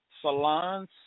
salons